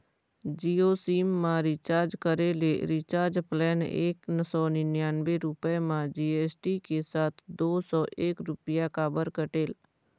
Jio sim मा recharge करे ले रिचार्ज प्लान एक सौ निन्यानबे रुपए मा जी.एस.टी के साथ दो सौ एक रुपया काबर कटेल?